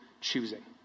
choosing